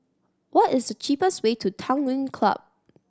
what is the cheapest way to Tanglin Club